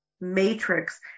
matrix